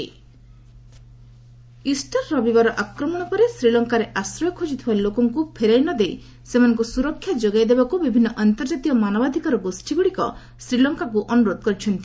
SL rights Easter ରବିବାର ଆକ୍ରମଣ ପରେ ଶ୍ରୀଲଙ୍କାରେ ଆଶ୍ରୟ ଖୋକୁଥିବା ଲୋକଙ୍କୁ ଫେରାଇ ନ ଦେଇ ସେମାନଙ୍କୁ ସୁରକ୍ଷା ଯୋଗାଇ ଦେବାକୁ ବିଭିନ୍ନ ଅନ୍ତର୍କାତୀୟ ମାନବାଧିକାର ଗୋଷୀଗୁଡ଼ିକ ଶ୍ରୀଲଙ୍କାକୁ ଅନୁରୋଧ କରିଛନ୍ତି